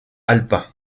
alpin